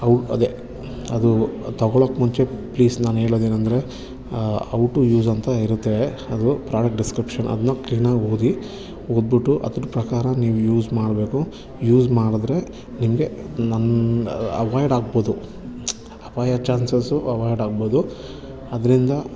ಅವು ಅದೇ ಅದು ತೊಗೊಳೋಕೆ ಮುಂಚೆ ಪ್ಲೀಸ್ ನಾನು ಹೇಳೋದೇನಂದ್ರೆ ಔ ಟು ಯೂಸ್ ಅಂತ ಇರತ್ತೆ ಅದು ಪ್ರಾಡಕ್ಟ್ ಡಿಸ್ಕ್ರಿಪ್ಷನ್ ಅದನ್ನ ಕ್ಲೀನಾಗಿ ಓದಿ ಓದ್ಬಿಟ್ಟು ಅದ್ರ ಪ್ರಕಾರ ನೀವು ಯೂಸ್ ಮಾಡಬೇಕು ಯೂಸ್ ಮಾಡಿದ್ರೆ ನಿಮಗೆ ನನ್ನ ಅವಾಯ್ಡ್ ಆಗ್ಬೋದು ಅಪಾಯದ ಚಾನ್ಸಸ್ಸು ಅವಾಯ್ಡ್ ಆಗ್ಬೋದು ಅದರಿಂದ